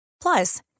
Plus